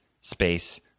space